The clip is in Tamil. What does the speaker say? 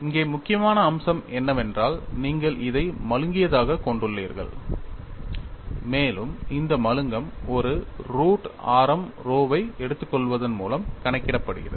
இங்கே முக்கியமான அம்சம் என்னவென்றால் நீங்கள் இதை மழுங்கியதாகக் கொண்டுள்ளீர்கள் மேலும் இந்த மழுங்கம் ஒரு ரூட் ஆரம் rho வை எடுத்துக்கொள்வதன் மூலம் கணக்கிடப்படுகிறது